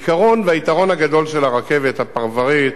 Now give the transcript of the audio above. העיקרון והיתרון הגדול של הרכבת הפרברית,